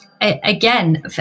again